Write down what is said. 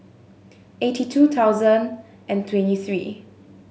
eighty two thousand and twenty three